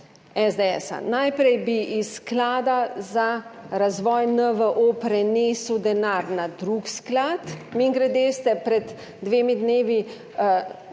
najprej bi iz Sklada za razvoj NVO prenesel denar na drug sklad, mimogrede ste pred dvema dnevoma